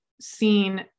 seen